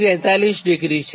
43 છે